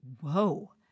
Whoa